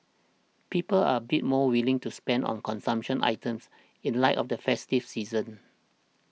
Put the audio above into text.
people are a bit more willing to spend on consumption items in light of the festive season